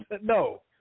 No